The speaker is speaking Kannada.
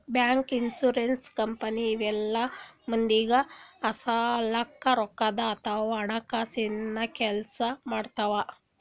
ಬ್ಯಾಂಕ್, ಇನ್ಸೂರೆನ್ಸ್ ಕಂಪನಿ ಇವೆಲ್ಲ ಮಂದಿಗ್ ಸಲ್ಯಾಕ್ ರೊಕ್ಕದ್ ಅಥವಾ ಹಣಕಾಸಿನ್ ಕೆಲ್ಸ್ ಮಾಡ್ತವ್